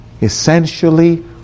essentially